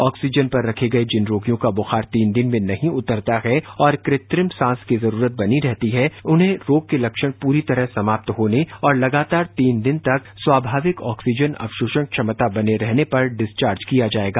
oxygen पर रखे गए जिन रोगियों का बुखार तीन दिन में नहीं उतरता है और कृत्रिम सांस की जरूरत बनी रहती है उन्हें रोग के लक्षण पूरी तरह समाप्त होने और लगातार तीन दिन तक स्वामाविक ऑक्सीजन अवशोषण क्षमता बने रहने पर डिस्वार्ज किया जाएगा